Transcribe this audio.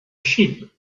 sheep